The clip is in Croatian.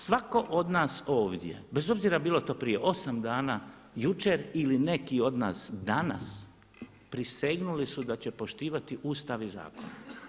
Svatko od nas ovdje bez obzira bilo to prije 8 dana, jučer ili neki od nas danas prisegnuli su da će poštivati Ustav i zakon.